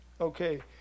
Okay